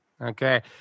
Okay